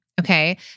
Okay